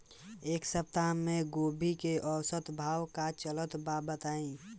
एक सप्ताह से गोभी के औसत भाव का चलत बा बताई?